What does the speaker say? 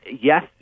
yes